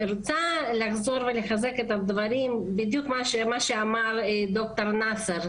לחזור ולחזק את הדברים - בדיוק מה שאמר ד"ר נאסר.